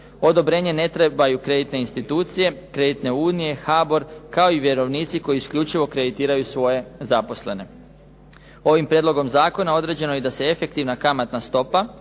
Odobrenje ne trebaju kreditne institucije, kreditne unije, HBOR kao i vjerovnici koji isključivo kreditiraju svoje zaposlene. Ovim prijedlogom zakona određeno je da se i efektivna kamatna stopa